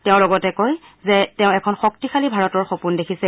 তেওঁ লগতে কয় যে তেওঁ এখন শক্তিশালী ভাৰতৰ সপোন দেখিছে